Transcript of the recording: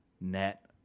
net